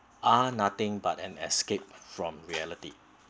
are nothing but an escape from reality